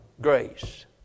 grace